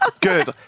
good